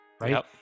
right